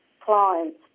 clients